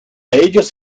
ellos